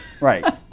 right